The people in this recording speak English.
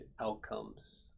outcomes